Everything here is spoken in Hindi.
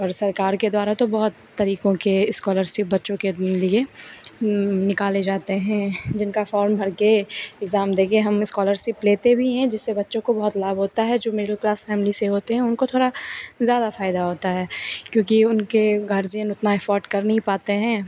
और सरकार के द्वारा तो बहुत तरीकों के इस्कॉलरसिप बच्चों के लिए निकाले जाते हैं जिनका फ़ॉर्म भरकर इक्ज़ाम देकर हम इस्कॉलरसिप लेते भी हैं जिससे बच्चों को बहुत लाभ होता है जो मिडल क्लास फ़ैमिली से होते हैं उनको थोड़ा ज़्यादा फ़ायदा होता है क्योंकि उनके गार्ज़ियन उतना एफ़ोर्ड कर नहीं पाते हैं